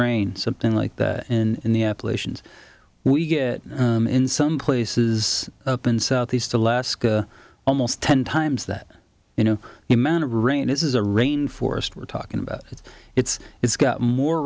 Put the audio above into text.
rain something like that in the appalachians we get in some places up in southeast alaska almost ten times that you know the amount of rain is a rain forest we're talking about it's it's it's got more